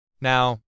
now